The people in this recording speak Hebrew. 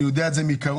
אני יודע את זה מקרוב.